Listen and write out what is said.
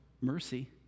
mercy